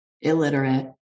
illiterate